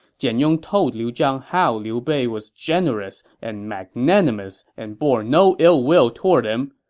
jian yong told liu zhang how liu bei was generous and magnanimous and bore no ill will toward him,